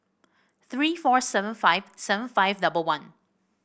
three four seven five seven five double one